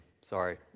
sorry